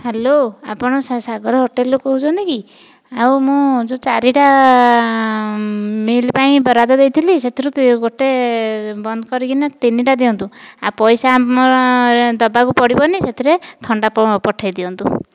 hello ଆପଣ ସାଗର ହୋଟେଲରୁ କହୁଛନ୍ତି କି ଆଉ ମୁଁ ଯେଉଁ ଚାରିଟା ମିଲ୍ ପାଇଁ ବରାଦ ଦେଇଥିଲି ସେଥିରୁ ଗୋଟିଏ ବନ୍ଦ କରିକି ତିନିଟା ଦିଅନ୍ତୁ ପଇସା ଆମର ଦେବାକୁ ପଡ଼ିବନି ସେଥିରେ ଥଣ୍ଡା ପଠେ ପଠେଇଦିଅନ୍ତୁ